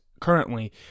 currently